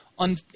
On